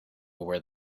where